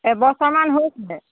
এবছৰমান হৈছে